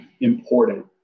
important